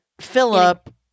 Philip